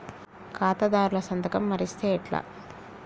ఖాతాదారుల సంతకం మరిస్తే ఎట్లా?